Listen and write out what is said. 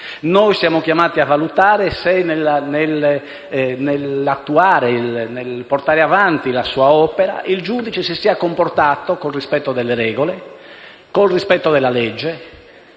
Noi siamo chiamati a valutare se nel portare avanti la sua opera il giudice si sia comportato con rispetto delle regole e con rispetto della legge.